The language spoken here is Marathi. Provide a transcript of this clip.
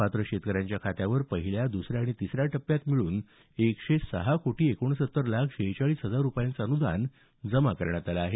पात्र शेतकऱ्यांच्या खात्यावर पहिल्या दुसऱ्या आणि तिसऱ्या टप्प्यात मिळवून एकशे सहा कोटी एकोणसत्तर लाख शेहचाळीस हजार रुपयांचं अनुदान जमा करण्यात आलं आहे